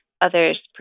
others